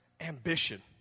ambition